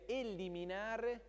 eliminare